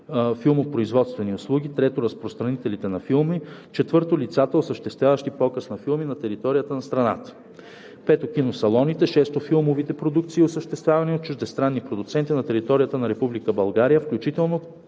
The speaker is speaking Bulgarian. филмопроизводствени услуги; 3. разпространителите на филми; 4. лицата, осъществяващи показ на филми на територията на страната; 5. киносалоните; 6. филмовите продукции, осъществявани от чуждестранни продуценти на територията на Република България, включително